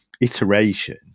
iteration